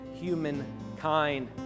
humankind